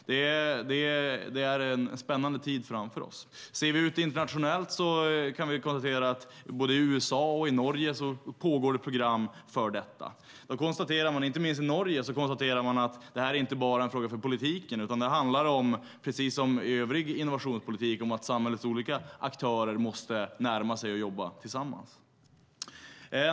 Vi har en spännande tid framför oss. Ser vi ut internationellt kan vi konstatera att i både USA och Norge pågår det program för detta. I Norge konstaterar man att det här inte bara är en fråga för politiken utan att det handlar om, precis som i övrig innovationspolitik, att samhällets olika aktörer måste närma sig varandra och jobba tillsammans.